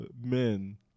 men